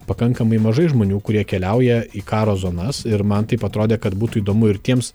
pakankamai mažai žmonių kurie keliauja į karo zonas ir man taip atrodė kad būtų įdomu ir tiems